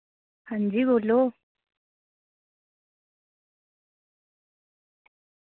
हां जी बोलो